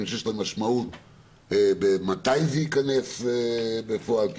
שיש להם משמעות מתי זה ייכנס בפועל.